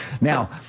Now